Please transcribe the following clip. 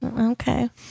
Okay